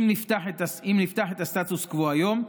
אם נפתח את הסטטוס קוו היום,